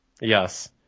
Yes